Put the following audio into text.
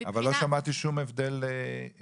אבל לא שמעתי שום הבדל מהותי,